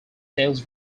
sales